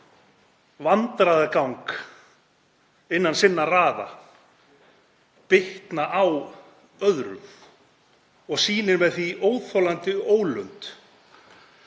vandræðagang innan sinna raða bitna á öðrum og sýnir með því óþolandi ólund.